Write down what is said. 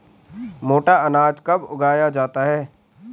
मोटा अनाज कब उगाया जाता है?